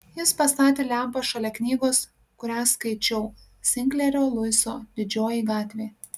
jis pastatė lempą šalia knygos kurią skaičiau sinklerio luiso didžioji gatvė